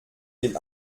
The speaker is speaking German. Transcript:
will